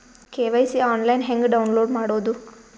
KYC online ಹೆಂಗ್ download ಮಾಡೋದು?